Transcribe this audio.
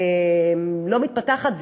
לא מתפתחת,